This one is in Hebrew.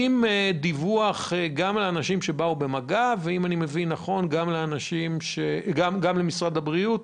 כולל דיווח על לאנשים שבאו במגע ודיווח למשרד הבריאות,